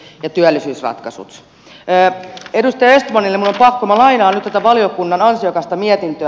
edustaja östmanille minun on pakko lainata nyt tätä valiokunnan ansiokasta mietintöä